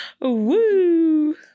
Woo